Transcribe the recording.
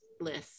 list